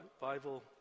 Bible